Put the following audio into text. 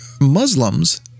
Muslims